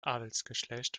adelsgeschlecht